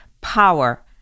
power